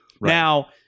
Now